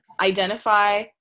identify